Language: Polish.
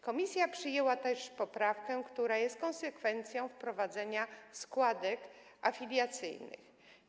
Komisja przyjęła też poprawkę, która jest konsekwencją wprowadzenia składek afiliacyjnych.